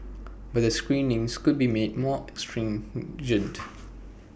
but the screenings could be made more stringent